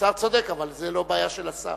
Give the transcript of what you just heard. השר צודק, אבל זו לא בעיה של השר.